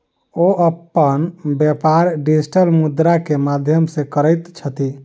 ओ अपन व्यापार डिजिटल मुद्रा के माध्यम सॅ करैत छथि